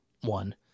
one